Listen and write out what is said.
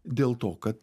dėl to kad